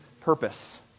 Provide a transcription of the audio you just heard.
purpose